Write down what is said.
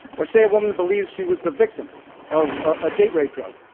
or say a woman believes she was the victim of a date rape drug.